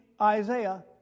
isaiah